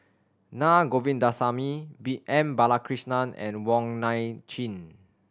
Naa Govindasamy M Balakrishnan and Wong Nai Chin